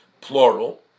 plural